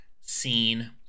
scene